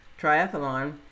triathlon